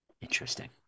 Interesting